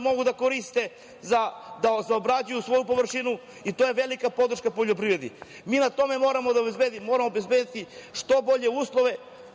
Mogu da koriste 120 litara da obrađuju svoju površinu i to je velika podrška poljoprivredi. Mi na tome moramo obezbediti što bolje uslove,